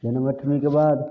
जनमाष्टमीके बाद